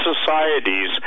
societies